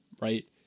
right